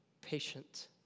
patient